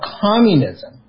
communism